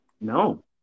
No